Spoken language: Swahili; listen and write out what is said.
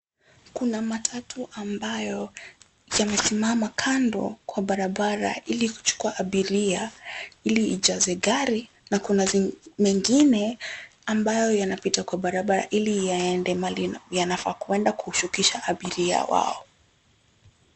Kuna matatu ambayo yamesimama kando kwa barabara ili kuchukua abiria ili ijaze gari na kuna mengine ambayo yanapita kwa barabara ili yaende mahali yanafaa kushukisha abiria wao.